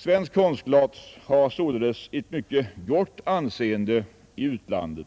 Svenskt konstglas har sålunda ett mycket gott anseende i utlandet